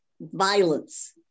violence